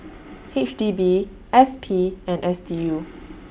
H D B S P and S D U